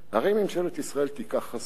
הרי אם ממשלת ישראל תיקח חסות,